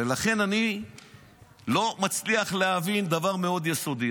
ולכן אני לא מצליח להבין דבר מאוד יסודי,